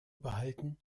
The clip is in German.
behalten